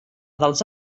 dels